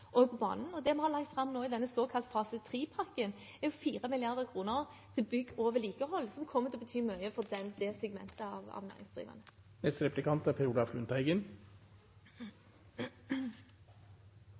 banen. Det vi har lagt fram nå i denne såkalt fase 3-pakken, er 4 mrd. kr til bygg og vedlikehold, som kommer til å bety mye for det segmentet av næringsdrivende.